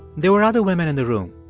there were other women in the room.